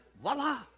voila